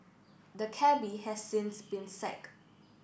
the cabby has since been sacked